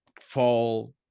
fall